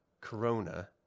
corona